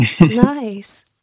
Nice